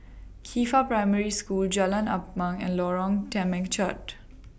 Qifa Primary School Jalan Ampang and Lorong Temechut